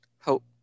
hope